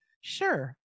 Sure